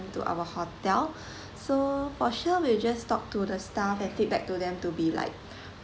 to our hotel so for sure we'll just talk to the staff and feedback to them to be like